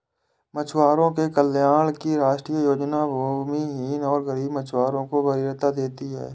मछुआरों के कल्याण की राष्ट्रीय योजना भूमिहीन और गरीब मछुआरों को वरीयता देती है